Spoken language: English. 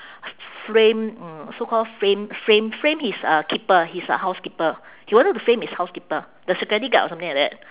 frame mm so call frame frame frame his uh keeper his uh housekeeper he wanted to frame his housekeeper the security guard or something like that